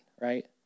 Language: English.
right